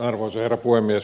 arvoisa herra puhemies